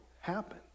happen